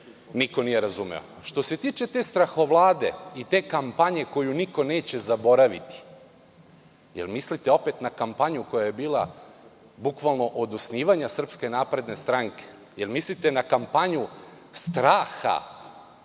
niko nije razumeo. Što se tiče te strahovlade i te kampanje koju niko neće zaboraviti, da li mislite opet na kampanju koja je bila bukvalno od osnivanja SNS? Da li mislite na kampanju straha,